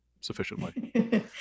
sufficiently